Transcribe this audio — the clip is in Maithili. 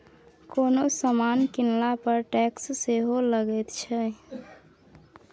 कोनो समान कीनला पर टैक्स सेहो लगैत छै